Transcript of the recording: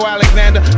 Alexander